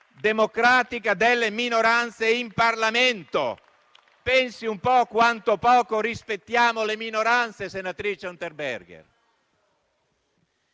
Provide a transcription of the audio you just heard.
democratica delle minoranze in Parlamento. Pensi un po' quanto poco rispettiamo le minoranze, senatrice Unterberger.